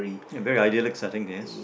ya very idyllic setting this